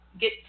get